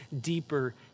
deeper